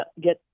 get